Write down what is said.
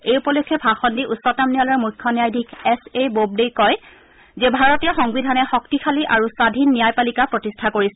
এই উপলক্ষে ভাষণ দি উচ্চতম ন্যায়ালয়ৰ মুখ্য ন্যায়াধীশ এছ এ বোবডেই কয় যে ভাৰতীয় সংবিধানে শক্তিশালী আৰু স্বাধীন ন্যায়পালিকা প্ৰতিষ্ঠা কৰিছে